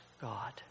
God